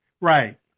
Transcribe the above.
Right